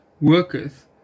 worketh